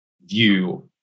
view